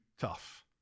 tough